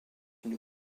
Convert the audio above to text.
une